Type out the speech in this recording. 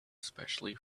especially